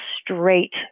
straight